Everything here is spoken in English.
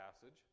passage